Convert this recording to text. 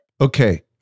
Okay